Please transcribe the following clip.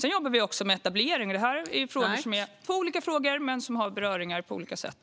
Vi jobbar också med etablering. Det här är två olika frågor men som har beröringar på olika sätt.